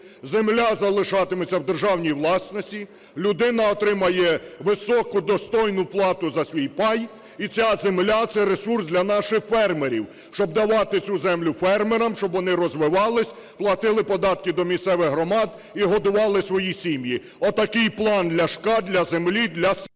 земля залишатиметься в державній власності, людина отримає високу, достойну плату за свій пай. І ця земля – це ресурс для наших фермерів, щоб давати цю землю фермерам, щоб вони розвивались, платили податки до місцевих громад і годували свої сім'ї. Отакий план Ляшка для землі для…